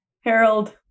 Harold